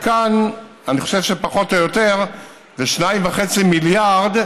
וכאן אני חושב שפחות או יותר זה 2.5 מיליארד,